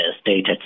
stated